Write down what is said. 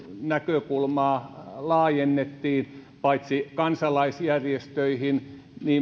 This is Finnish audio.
näkökulmaa laajennettiin kansalaisjärjestöihin